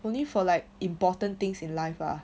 only for like important things in life ah